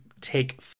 Take